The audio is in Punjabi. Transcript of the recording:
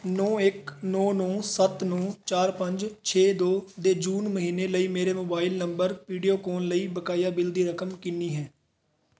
ਨੌਂ ਇੱਕ ਨੌਂ ਨੌਂ ਸੱਤ ਨੌਂ ਚਾਰ ਪੰਜ ਛੇ ਦੋ ਦੇ ਜੂਨ ਮਹੀਨੇ ਲਈ ਮੇਰੇ ਮੋਬਾਈਲ ਨੰਬਰ ਵੀਡੀਓਕਾਨ ਲਈ ਬਕਾਇਆ ਬਿੱਲ ਦੀ ਰਕਮ ਕਿੰਨੀ ਹੈ